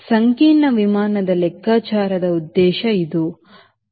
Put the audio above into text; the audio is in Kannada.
ಸಂಕೀರ್ಣ ವಿಮಾನದ ಲೆಕ್ಕಾಚಾರದ ಉದ್ದೇಶ ಇದು 1